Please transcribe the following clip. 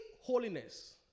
holiness